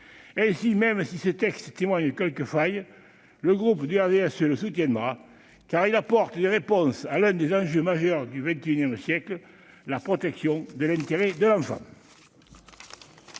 ? Même si ce texte présente quelques failles, le groupe du RDSE le soutiendra, car il apporte des réponses à l'un des enjeux majeurs du XXI siècle, à savoir la protection de l'intérêt de l'enfant.